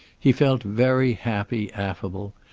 he felt very happy affable,